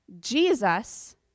Jesus